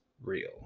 real